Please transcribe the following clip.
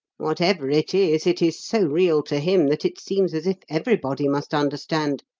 whatever it is, it is so real to him that it seems as if everybody must understand.